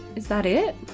is that it?